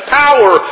power